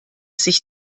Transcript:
sich